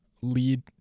lead